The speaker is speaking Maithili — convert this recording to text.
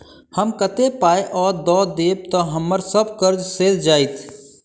हम कतेक पाई आ दऽ देब तऽ हम्मर सब कर्जा सैध जाइत?